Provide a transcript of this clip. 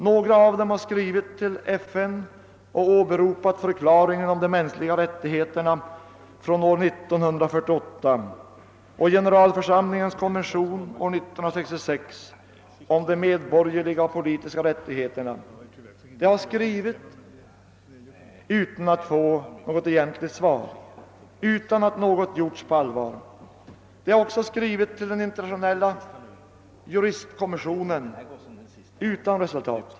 Några av dem har skrivit till FN och åberopat förklaringen om de mänskliga rättigheterna från år 1948 och generalförsamlingens konvention år 1966 om de medborgerliga och politiska rättigheterna utan att få något egentligt svar, utan att något gjorts på allvar. De har också skrivit till den internationella juristkommissionen utan resultat.